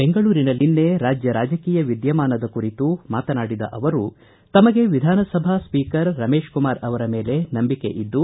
ಬೆಂಗಳೂರಿನಲ್ಲಿ ರಾಜಕೀಯ ವಿದ್ದಮಾನದ ಕುರಿತು ಮಾತನಾಡಿದ ಅವರು ತಮಗೆ ವಿಧಾನಸಭಾ ಸ್ವೀಕರ್ ರಮೇಶ್ ಕುಮಾರ್ ಅವರ ಮೇಲೆ ನಂಬಿಕೆ ಇದ್ದು